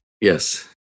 Yes